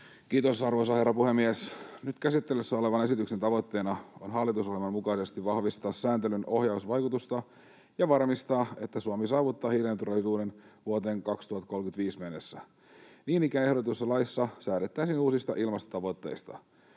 Kiitos, arvoisa herra puhemies! Nyt käsittelyssä olevan esityksen tavoitteena on hallitusohjelman mukaisesti vahvistaa sääntelyn ohjausvaikutusta ja varmistaa, että Suomi saavuttaa hiilineutraalisuuden vuoteen 2035 mennessä. Niin ikään ehdotetussa laissa säädettäisiin uusista ilmastotavoitteista.